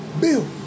Bill